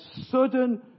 sudden